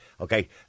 Okay